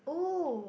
oh